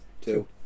Two